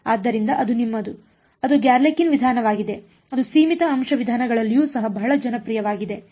ಆದ್ದರಿಂದ ಅದು ನಿಮ್ಮದು ಅದು ಗ್ಯಾಲೆರ್ಕಿನ್ನ ವಿಧಾನವಾಗಿದೆ ಇದು ಸೀಮಿತ ಅಂಶ ವಿಧಾನಗಳಲ್ಲಿಯೂ ಸಹ ಬಹಳ ಜನಪ್ರಿಯವಾಗಿದೆ